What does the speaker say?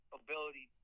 ability